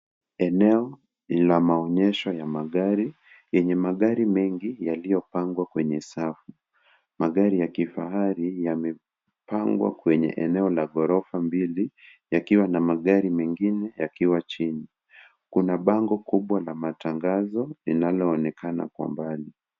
Eneo la maonyesho ya magari yenye magari mengi yaliyopangwa kwenye safu . Magari ya kifahari yamepangwa kwenye eneo la ghorofa mbili yakiwa na magari mengine yakiwa chini . Kuna bango kubwa la matangazo linaloonekana kwa mbali.